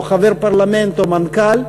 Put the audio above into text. או חבר פרלמנט או מנכ"ל,